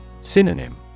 Synonym